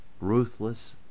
ruthless